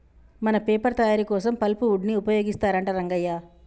మన పేపర్ తయారీ కోసం పల్ప్ వుడ్ ని ఉపయోగిస్తారంట రంగయ్య